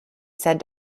said